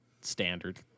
standard